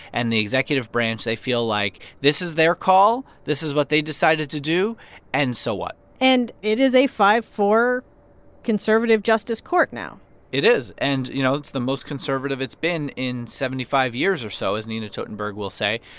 and the executive branch they feel like this is their call. this is what they decided to do and so what and it is a five four conservative justice court now it is. and, you know, it's the most conservative it's been in seventy five years or so, as nina totenberg will say.